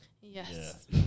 Yes